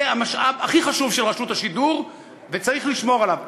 זה המשאב הכי חשוב של רשות השידור וצריך לשמור עליו.